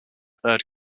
third